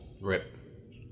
Rip